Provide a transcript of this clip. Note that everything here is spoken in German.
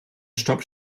stopp